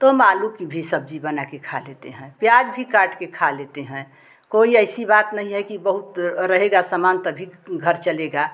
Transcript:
तो हम आलू की भी सब्ज़इ बनाकर खा लेते हैं प्याज़ भी काटकर खा लेते हैं कोई ऐसी बात नहीं है कि बहुत रहेगा समान तभी घर चलेगा